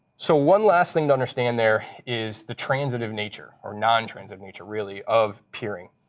so one last thing to understand there is the transitive nature, or non-transitive nature really, of peering.